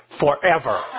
Forever